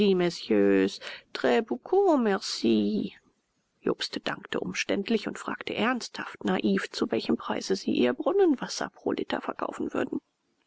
umständlich und fragte ernsthaft naiv zu welchem preise sie ihr brunnenwasser pro liter verkaufen würden